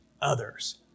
others